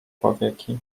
powieki